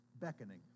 beckoning